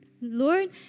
Lord